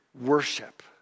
worship